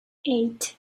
eight